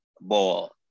ball